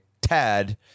Tad